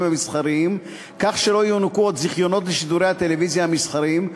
המסחריים כך שלא יוענקו עוד זיכיונות לשידורי הטלוויזיה המסחריים,